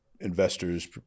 investors